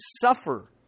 suffer